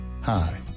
Hi